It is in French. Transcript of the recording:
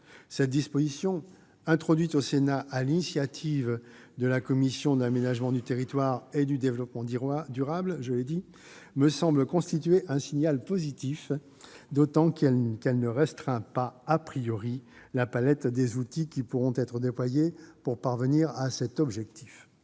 Cette disposition, introduite au Sénat sur l'initiative de la commission de l'aménagement du territoire et du développement durable, me semble un signal positif, d'autant qu'elle ne restreint pas la palette des outils qui pourront être déployés pour atteindre ce but.